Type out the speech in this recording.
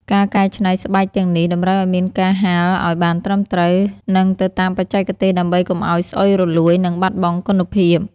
ការកែច្នៃស្បែកទាំងនេះ តម្រូវឱ្យមានការហាលឱ្យបានត្រឹមត្រូវ និងទៅតាមបច្ចេកទេស ដើម្បីកុំឱ្យស្អុយរលួយ និងបាត់បង់គុណភាព។